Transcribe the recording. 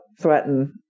threaten